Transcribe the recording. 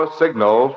signal